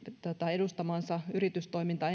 edustamansa yritystoiminta